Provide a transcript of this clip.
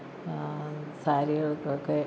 സാരികൾക്കൊക്കെ